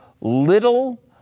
little